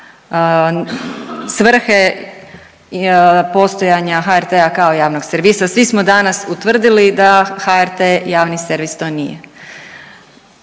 svrhe postojanja HRT-a kao javnog servisa, svi smo danas utvrdili da HRT javni servis to nije.